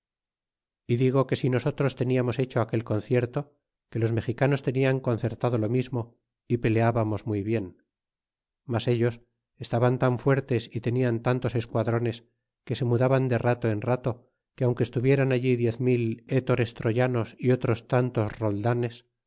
y digo que si nosotros teníamos hecho aquel concierto que los mexicanos tenian concertado lo mismo y pelebamos muy bien mas ellos estaban tan fuertes y tenian tantos esquadrones que se mudaban de rato en rato que aunque estuvieran allí diez mil hetores troyanos y otros tantos roldanes